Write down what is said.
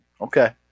Okay